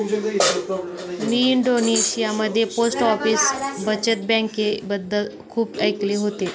मी इंडोनेशियामध्ये post office बचत बँकेबद्दल खूप ऐकले होते